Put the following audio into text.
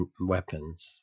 weapons